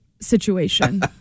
situation